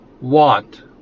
want